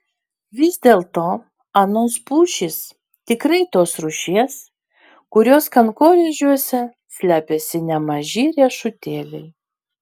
vis dėlto anos pušys tikrai tos rūšies kurios kankorėžiuose slepiasi nemaži riešutėliai